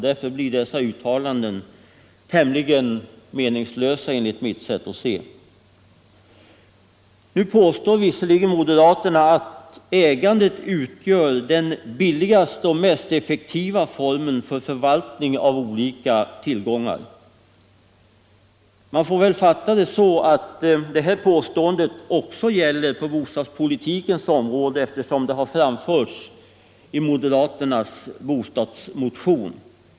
Därför blir dessa uttalanden tämligen meningslösa, enligt mitt sätt att se. Nu påstår visserligen moderaterna att ägandet utgör den billigaste och mest effektiva formen för förvaltning av olika tillgångar. Man får väl fatta det så att det påståendet gäller också på bostadspolitikens område, eftersom det har framförts i moderaternas bostadsmotion.